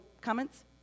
comments